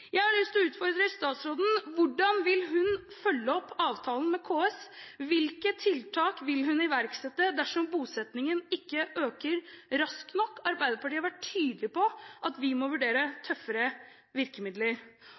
Jeg har lyst å utfordre statsråden: Hvordan vil hun følge opp avtalen med KS? Hvilke tiltak vil hun iverksette dersom bosettingen ikke øker raskt nok? Arbeiderpartiet har vært tydelig på at vi må vurdere tøffere virkemidler.